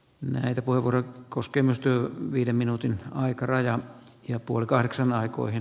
näitä kuivuri koskimestyä viiden minuutin aikarajan jo puoli kahdeksan tukea